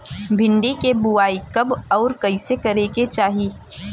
भिंडी क बुआई कब अउर कइसे करे के चाही?